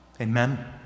Amen